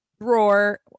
drawer